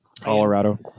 Colorado